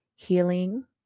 Healing